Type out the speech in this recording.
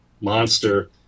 monster